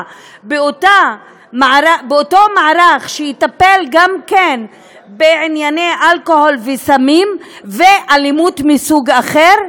באותו מערך שיטפל גם כן בענייני אלכוהול וסמים ואלימות מסוג אחר?